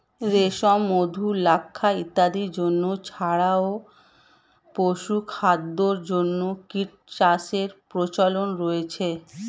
রেশম, মধু, লাক্ষা ইত্যাদির জন্য ছাড়াও পশুখাদ্যের জন্য কীটচাষের প্রচলন রয়েছে